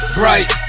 bright